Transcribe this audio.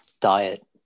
diet